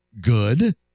good